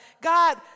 God